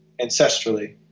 ancestrally